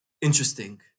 interesting